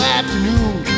Afternoon